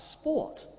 sport